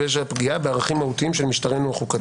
ויש בה פגיעה בערכים מהותיים של משטרנו החוקתי.